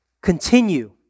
continue